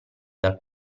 dal